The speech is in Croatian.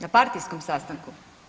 Na partijskom sastanku.